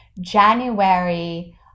January